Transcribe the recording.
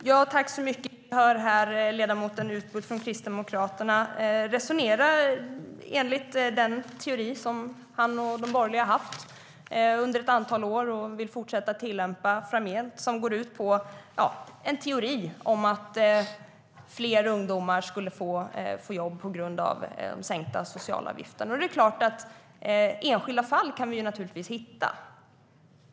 Herr talman! Vi hör här ledamoten Utbult från Kristdemokraterna resonera enligt den teori som han och de borgerliga har haft i ett antal år och vill fortsätta att tillämpa framgent. Det är en teori som går ut på att fler ungdomar skulle få jobb tack vare de sänkta sociala avgifterna. Det är klart att vi kan hitta enskilda fall.